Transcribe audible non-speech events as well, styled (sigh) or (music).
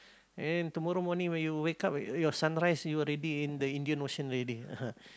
and tomorrow morning when you wake up your your sunrise you already in the Indian-Ocean already (laughs)